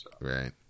Right